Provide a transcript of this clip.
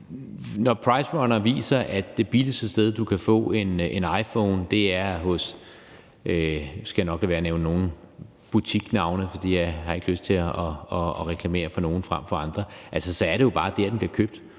Når PriceRunner viser, at det billigste sted, du kan få en iPhone, er hos – nu skal jeg nok lade være med at nævne nogen butiksnavne, for jeg har ikke lyst til at reklamere for nogle frem for andre – så er det jo bare der, den bliver købt.